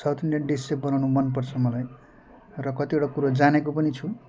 south Indian dish चाहिँ बनाउनु मनपर्छ मलाई र कतिवटा कुरो जानेको पनि छु